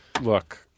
look